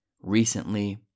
recently